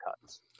cuts